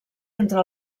entre